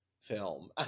film